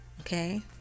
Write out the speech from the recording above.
okay